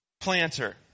planter